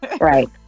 Right